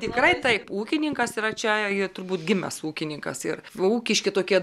tikrai taip ūkininkas yra čia jau turbūt gimęs ūkininkas ir va ūkiški tokie